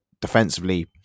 defensively